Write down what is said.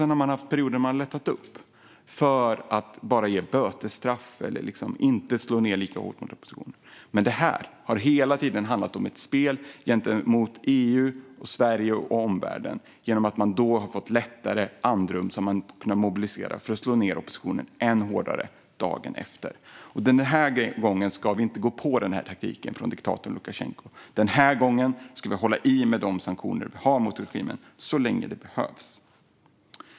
Sedan har man haft perioder då man lättat upp och bara gett bötesstraff eller inte slagit ned lika hårt på oppositionen. Men detta har hela tiden handlat om ett spel gentemot EU, Sverige och omvärlden; man har då fått det lättare och fått ett andrum, så att man kunnat mobilisera för att slå ned på oppositionen än hårdare dagen efter. Den här gången ska vi inte gå på denna taktik från diktatorn Lukasjenko. Den här gången ska vi hålla i med de sanktioner vi har mot regimen så länge det behövs.